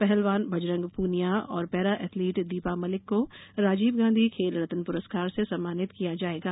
पहलवान बजरंग प्रनिया और para athlete Deepa Malik को राजीव गांधी खेल रत्न पुरस्कार से सम्मानित किया जाएगा